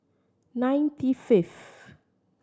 ninety fifth